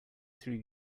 three